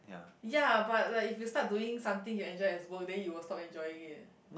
ya but like if you start doing something you enjoy as good then you will stop enjoying it